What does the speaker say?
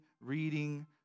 reading